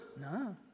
No